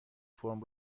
فرم